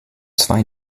zwei